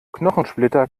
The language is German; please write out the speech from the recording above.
knochensplitter